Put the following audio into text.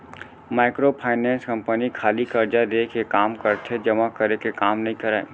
micro finance company खाली करजा देय के काम करथे जमा करे के काम नइ करय